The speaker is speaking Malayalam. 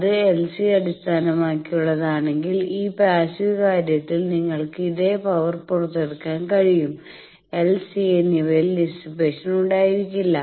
അത് LC അടിസ്ഥാനമാക്കിയുള്ളതാണെങ്കിൽ ഈ പാസ്സീവ് കാര്യത്തിൽ നിങ്ങൾക്ക് ഇതേ പവർ പുറത്തെടുക്കാൻ കഴിയും എൽ സി എന്നിവയിൽ ഡിസിപ്പേഷൻ ഉണ്ടായിരിക്കില്ല